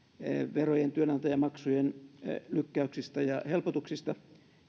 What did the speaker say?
verojen ja työnantajamaksujen lykkäyksistä ja helpotuksista